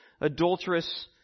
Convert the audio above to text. adulterous